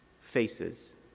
faces